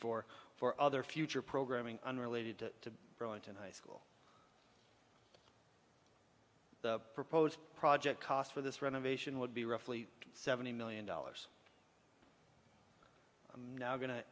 efore for other future programming unrelated to burlington high school the proposed project cost for this renovation would be roughly seventy million dollars i'm now go